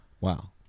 wow